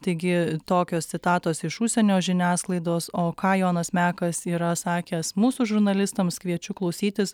taigi tokios citatos iš užsienio žiniasklaidos o ką jonas mekas yra sakęs mūsų žurnalistams kviečiu klausytis